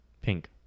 Pink